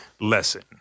lesson